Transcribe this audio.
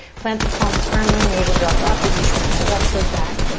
plant the palms firmly. navel draws up as you step the left toes back.